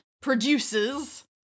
produces